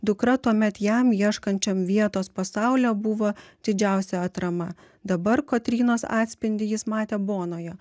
dukra tuomet jam ieškančiam vietos po saule buvo didžiausia atrama dabar kotrynos atspindį jis matė bonoje